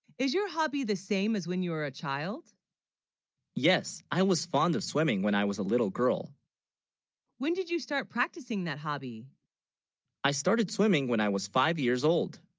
is your, hobby the same as when you were a. child yes i was fond of swimming when i was a little girl when did you start practicing that hobby i started swimming when i was five years old?